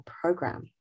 program